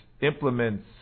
implements